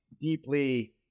deeply